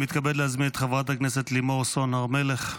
אני מתכבד להזמין את חברת הכנסת לימור סון הר מלך.